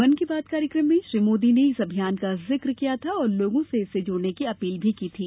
मन की बात कार्यक्रम में श्री मोदी ने इस अभियान का जिक्र किया था और लोगों से इससे जुड़ने की अपील भी की थी